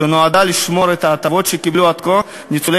שנועדה לשמר את ההטבות שקיבלו עד כה ניצולי